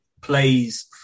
plays